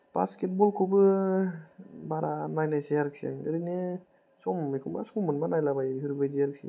बास्केतबलखौबो बारा नायनाय जाया आरोखि ओरैनो सम मोनबा नायलाबायो बेफोरबायदि आरोखि